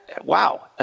Wow